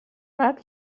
باید